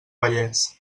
vallès